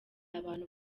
abantu